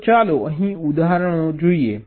તો ચાલો અહીં કેટલાક ઉદાહરણો જોઈએ